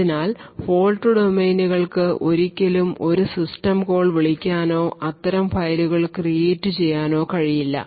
അതിനാൽ ഫോൾട് ഡൊമെയ്നുകൾക്ക് ഒരിക്കലും ഒരു സിസ്റ്റം കോൾ വിളിക്കാനോ അത്തരം ഫയലുകൾ ക്രീയേറ്റ് ചെയ്യാനോ കഴിയില്ല